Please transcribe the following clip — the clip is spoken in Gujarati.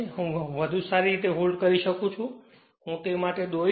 હું વધુ સારી રીતે હોલ્ડ કરી શકું છું હું તે માટે દોરીશ